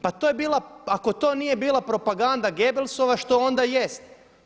Pa to je bila, ako to nije bila propaganda Gebelsova što onda jest?